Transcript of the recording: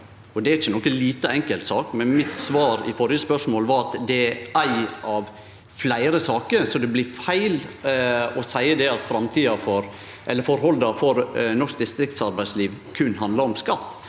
Det er ikkje noka lita enkeltsak, men mitt svar på det førre spørsmålet var at det er ei av fleire saker. Det blir feil å seie at forholda for norsk distriktsarbeidsliv berre handlar om skatt,